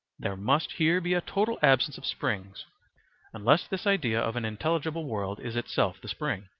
there must here be a total absence of springs unless this idea of an intelligible world is itself the spring,